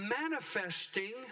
manifesting